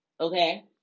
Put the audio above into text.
okay